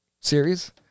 series